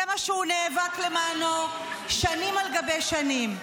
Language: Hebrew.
זה מה שהוא נאבק למענו שנים על גבי שנים.